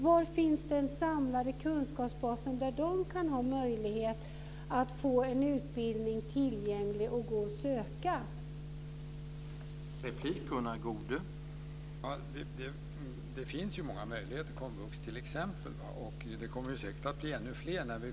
Var finns den samlade kunskapsbasen där de har möjlighet att få en utbildning, som är tillgänglig att söka och gå?